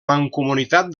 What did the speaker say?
mancomunitat